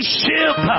ship